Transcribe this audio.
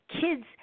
Kids